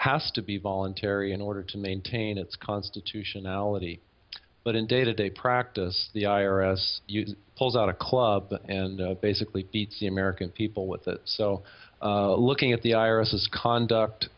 has to be voluntary in order to maintain its constitutionality but in day to day practice the i r s pulls out a club and basically beats the american people with that so looking at the irises conduct